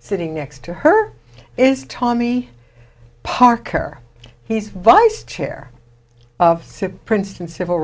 sitting next to her is tommy parker he's vice chair since princeton civil